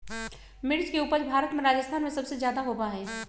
मिर्च के उपज भारत में राजस्थान में सबसे ज्यादा होबा हई